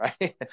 right